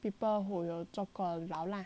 people who 有做过牢 lah